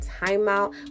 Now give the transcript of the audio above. Timeout